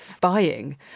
buying